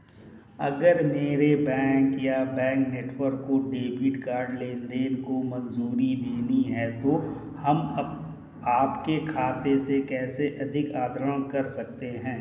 अगर मेरे बैंक या बैंक नेटवर्क को डेबिट कार्ड लेनदेन को मंजूरी देनी है तो हम आपके खाते से कैसे अधिक आहरण कर सकते हैं?